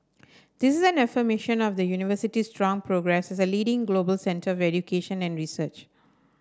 this is an affirmation of the University's strong progress as a leading global centre of education and research